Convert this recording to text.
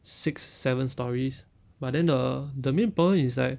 six seven stories but then the the main problem it like